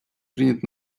принят